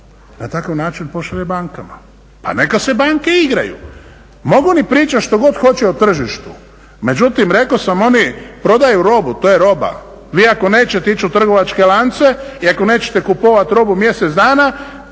na takav način pošalje bankama pa neka se banke igraju. Mogu oni pričati što god hoće o tržištu, međutim rekao sam oni prodaju robu, to je roba. Vi ako nećete ići u trgovačke lance i ako nećete kupovati robu mjesec dana